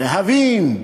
"להבין",